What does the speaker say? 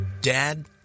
Dad